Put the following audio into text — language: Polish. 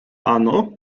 ano